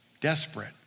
desperate